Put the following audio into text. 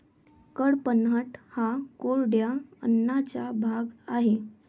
कडपह्नट हा कोरड्या अन्नाचा भाग आहे